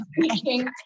speaking